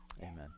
amen